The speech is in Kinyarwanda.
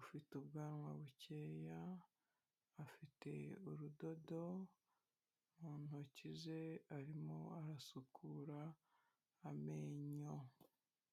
ufite ubwanwa bukeya, afite urudodo mu ntoki ze arimo arasukura amenyo.